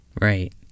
right